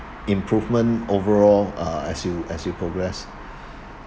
improvement overall uh as you as you progress